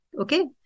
okay